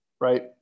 right